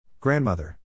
Grandmother